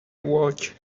watch